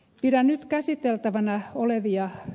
pidän nyt käsiteltävänä olevia ed